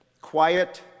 Quiet